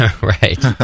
Right